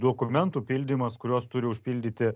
dokumentų pildymas kuriuos turi užpildyti